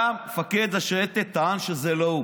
גם מפקד השייטת טען שזה לא הוא.